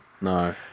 No